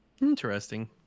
Interesting